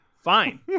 Fine